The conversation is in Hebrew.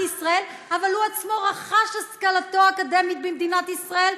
ישראל אבל הוא עצמו רכש השכלתו האקדמית במדינת ישראל,